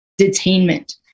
detainment